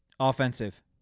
Offensive